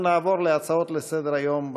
אנחנו נעבור להצעות לסדר-היום בנושא.